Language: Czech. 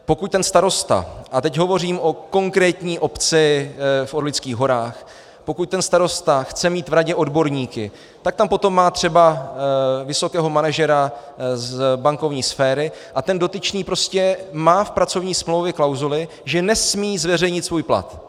Pokud ten starosta, a teď hovořím o konkrétní obci v Orlických horách, pokud ten starosta chce mít v radě odborníky, tak tam potom má třeba vysokého manažera z bankovní sféry, a ten dotyčný prostě má v pracovní smlouvě klauzuli, že nesmí zveřejnit svůj plat.